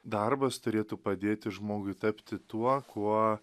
darbas turėtų padėti žmogui tapti tuo kuo